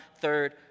third